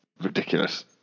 ridiculous